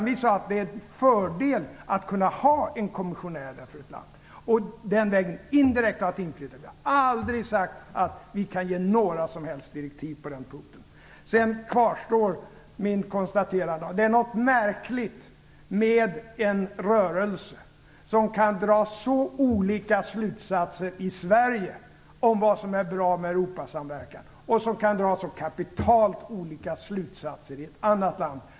Vi sade att det är en fördel att kunna ha en kommissionär för ett land där. När det gäller indirekt inflytande har vi aldrig sagt att vi kan ge några som helst direktiv på den punkten. Mitt konstaterande kvarstår. Det är något märkligt med en rörelse som kan dra så olika slutsatser i Sverige om vad som är bra med Europasamverkan och som kan dra så kapitalt olika slutsatser i ett annat land.